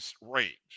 range